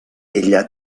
ella